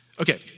Okay